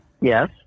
Yes